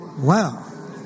wow